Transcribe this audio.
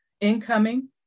incoming